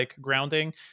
grounding